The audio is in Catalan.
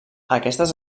aquestes